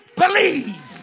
believe